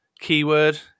keyword